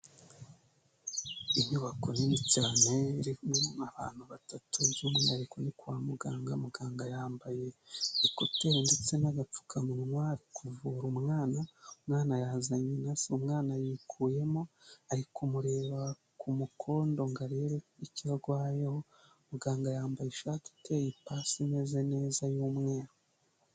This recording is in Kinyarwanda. Inyubako nini cyane irimo abantu batatu by'umwihariko, ni kwa muganga. Muganga yambaye ekuteri ndetse n'agapfukamunwa, ari kuvura umwana, umwana yazanye na se umwana yikuyemo ari kumureba ku mukondo ngo arebe icyo agwayeho, muganga yambaye ishati iteye ipasi imeme neza y'umweru.